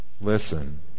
Listen